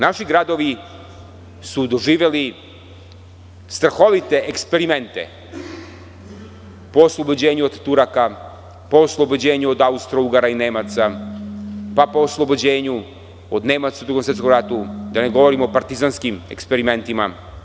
Naši gadovi su doživeli strahovite eksperimente po oslobođenju od Turaka, po oslobođenju od Austrougara i Nemaca, pa po oslobođenja od Nemaca u Drugom svetskom ratu, da ne govorim o partizanskim eksperimentima.